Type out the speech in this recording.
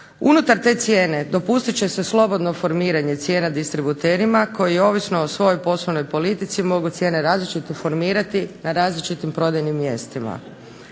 Unutar te cijene dopustit će se slobodno formiranje cijena distributerima koji ovisno o svojoj poslovnoj politici mogu cijene različito formirati na različitim prodajnim mjestima.